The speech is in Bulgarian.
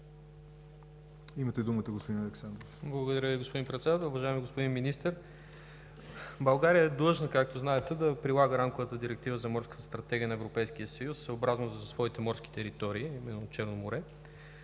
Имате думата, господин Александров. НИКОЛАЙ АЛЕКСАНДРОВ (ОП): Благодаря Ви, господин Председател. Уважаеми господин Министър, България е длъжна, както знаете, да прилага Рамковата директива за Морската стратегия на Европейския съюз съобразно своите морски територии, а именно Черно море,